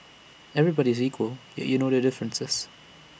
everybody is equal and yet you know their differences